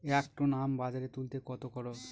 এক টন আম বাজারে তুলতে কত খরচ?